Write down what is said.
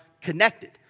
connected